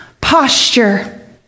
posture